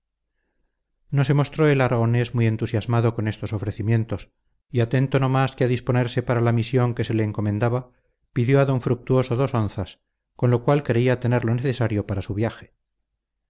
se mostró el aragonés muy entusiasmado con estos ofrecimientos y atento no más que a disponerse para la misión que se le encomendaba pidió a d fructuoso dos onzas con lo cual creía tener lo necesario para su viaje